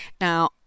Now